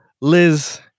Liz